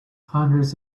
hundreds